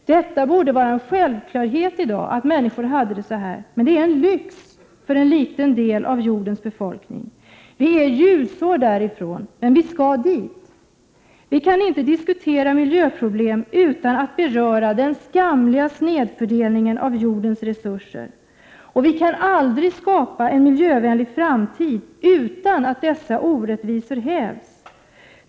Det borde vara en självklarhet i dag att människor hade det så, men det är en lyx för en liten del av jordens befolkning. Vi är ljusår därifrån, men vi skall dit. 111 Vi kan inte diskutera miljöproblem utan att beröra den skamliga snedfördelningen av jordens resurser. Och vi kan aldrig skapa en miljövänlig framtid utan att dessa orättvisor hävs.